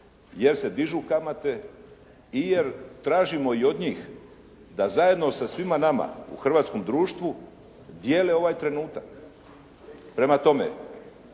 jer se dižu kamate i jer tražimo i od njih da zajedno sa svima nama u hrvatskom društvu dijele ovaj trenutak. Prema tome